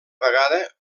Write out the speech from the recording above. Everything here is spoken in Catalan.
vegada